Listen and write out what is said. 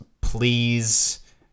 please